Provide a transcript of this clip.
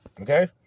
Okay